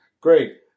Great